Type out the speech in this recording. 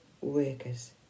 workers